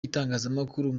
itangazamakuru